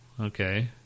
okay